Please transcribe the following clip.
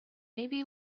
maybe